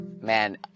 man